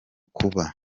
kuba